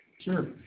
Sure